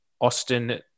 Austin